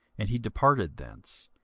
and he departed thence,